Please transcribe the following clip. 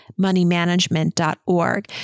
moneymanagement.org